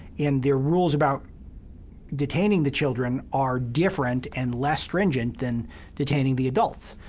and their rules about detaining the children are different and less stringent than detaining the adults.